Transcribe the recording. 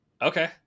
Okay